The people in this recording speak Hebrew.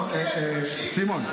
סימון,